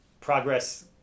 progress